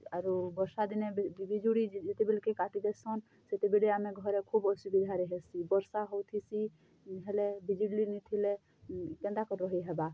ଆରୁ ବର୍ଷା ଦିନେ ବିଜୁଳି ଯେତେବେଲ୍କେ କାଟି ଦେସନ୍ ସେତେବେଳେ ଆମେ ଘରେ ଖୋବ୍ ଅସୁବିଧା ରହେସି ବର୍ଷା ହଉଥିସି ନିହେଲେ ବିଜୁଳି ନି ଥିଲେ କେନ୍ତା ରହି ହେବା